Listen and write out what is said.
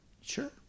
Sure